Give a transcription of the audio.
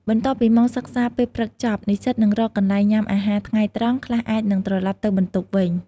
បន្ទាប់ពីម៉ោងសិក្សាពេលព្រឹកចប់ និស្សិតនឹងរកកន្លែងញ៉ាំអាហារថ្ងៃត្រង់ ខ្លះអាចនិងត្រឡប់ទៅបន្ទប់វិញ ។